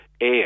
air